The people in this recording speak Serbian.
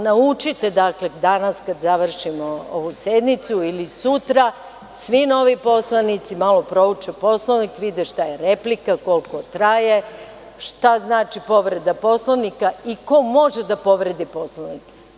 Naučite danas kad završimo ovu sednicu ili sutra, svi novi poslanici da malo prouče Poslovnik, vide šta je replika, koliko traje, šta znači povreda Poslovnika i ko može da povredi Poslovnik.